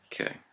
Okay